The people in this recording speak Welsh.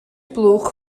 blwch